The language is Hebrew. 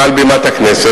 מעל בימת הכנסת,